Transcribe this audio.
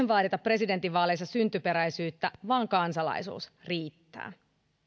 vaadita presidentinvaaleissa syntyperäisyyttä vaan kansalaisuus riittää